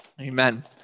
Amen